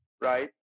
right